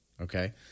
Okay